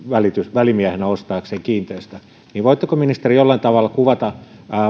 välimiehenä ostaakseen kiinteistön voitteko ministeri jollakin tavalla kuvata